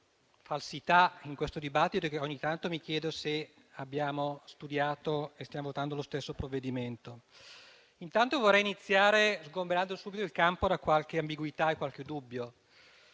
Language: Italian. Intanto, vorrei iniziare sgomberando subito il campo da qualche ambiguità e da qualche dubbio.